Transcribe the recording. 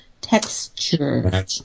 texture